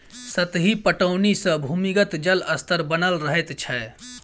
सतही पटौनी सॅ भूमिगत जल स्तर बनल रहैत छै